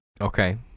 Okay